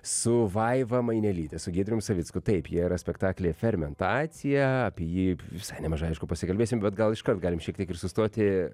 su vaiva mainelyte su giedrium savicku taip jie yra spektaklyje fermentacija apie jį visai nemažai aišku pasikalbėsim bet gal iškart galim šiek tiek ir sustoti